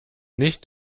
nicht